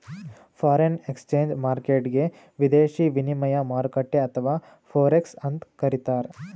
foreign exchange ಮಾರ್ಕೆಟ್ಗ್ ವಿದೇಶಿ ವಿನಿಮಯ ಮಾರುಕಟ್ಟೆ ಅಥವಾ ಫೋರೆಕ್ಸ್ ಅಂತ್ ಕರಿತಾರ್